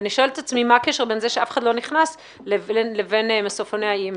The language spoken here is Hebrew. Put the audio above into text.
אני שואלת את עצמי מה הקשר בין זה שאף אחד לא נכנס לבין מסופוני ה-EMV.